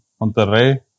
Monterrey